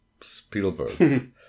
Spielberg